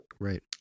Right